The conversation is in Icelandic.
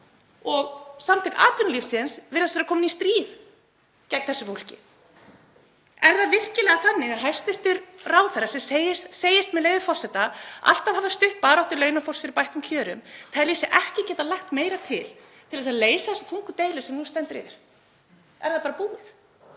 Samtök atvinnulífsins virðast vera komin í stríð gegn þessu fólki. Er það virkilega þannig að hæstv. ráðherra sem segist, með leyfi forseta, alltaf hafa stutt baráttu launafólks fyrir bættum kjörum telji sig ekki geta lagt meira til til að leysa þessa þungu deilu sem nú stendur yfir? Er það bara búið?